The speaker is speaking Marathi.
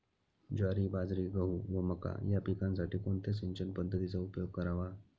ज्वारी, बाजरी, गहू व मका या पिकांसाठी कोणत्या सिंचन पद्धतीचा उपयोग करावा?